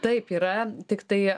taip yra tiktai